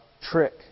trick